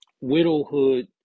widowhood